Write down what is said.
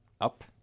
up